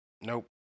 Nope